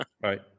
right